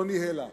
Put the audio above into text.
טוני הלה.